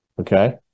okay